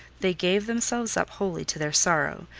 they gave themselves up wholly to their sorrow,